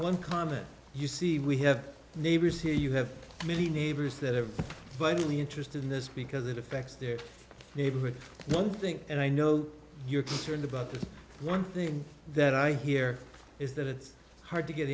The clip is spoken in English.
one comet you see we have neighbors here you have many neighbors that are vitally interested in this because it affects their neighborhood one thing and i know you're concerned about the one thing that i hear is that it's hard to get